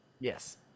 Yes